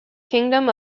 kingdom